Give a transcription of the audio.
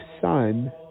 son